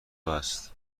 است